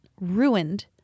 Ruined